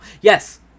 Yes